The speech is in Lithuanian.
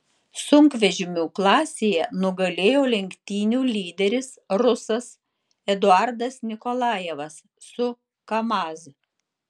sunkvežimių klasėje nugalėjo lenktynių lyderis rusas eduardas nikolajevas su kamaz